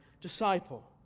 disciple